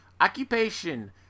Occupation